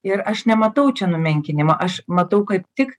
ir aš nematau čia numenkinimo aš matau kaip tik